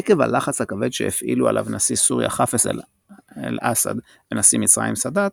עקב הלחץ הכבד שהפעילו עליו נשיא סוריה חאפז אל-אסד ונשיא מצרים סאדאת,